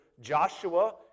Joshua